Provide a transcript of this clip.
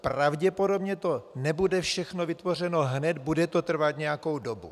Pravděpodobně to nebude všechno vytvořeno hned, bude to trvat nějakou dobu.